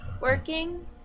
working